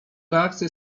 reakcje